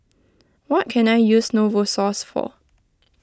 what can I use Novosource for